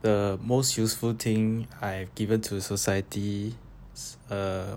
the most useful thing I've given to society is uh